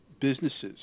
businesses